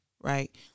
Right